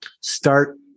Start